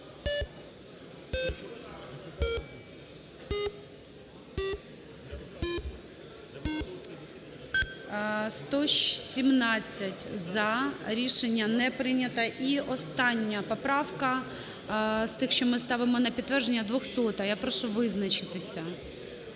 За-117 Рішення не прийнято. І остання поправка з тих, що ми ставимо на підтвердження, 200-а. Я прошу визначитися.